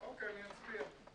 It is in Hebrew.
אוקיי, אני אצביע.